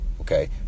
okay